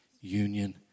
union